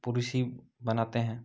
पुरुष ही बनाते हैं